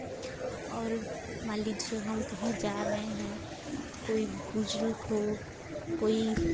और मान लीजिए हम कहीं जा रहे हैं कोई बुज़ुर्ग हो कोई